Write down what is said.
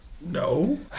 No